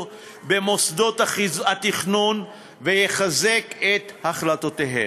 במוסדות התכנון ויחזק את החלטותיהם.